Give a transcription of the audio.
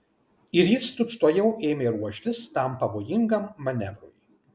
ir jis tučtuojau ėmė ruoštis tam pavojingam manevrui